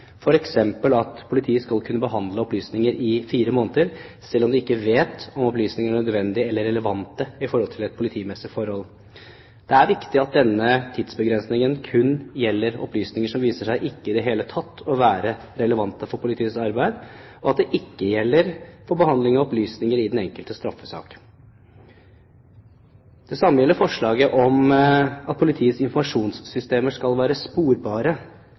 at politiet skal kunne behandle opplysninger i fire måneder selv om de ikke vet om opplysningene er nødvendige eller relevante for et politimessig forhold. Det er viktig at denne tidsbegrensningen kun gjelder opplysninger som viser seg ikke i det hele tatt å være relevante for politiets arbeid, og at det ikke gjelder for behandling av opplysninger i den enkelte straffesak. Det samme gjelder forslaget om at politiets informasjonssystemer skal være sporbare.